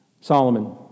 Solomon